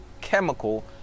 chemical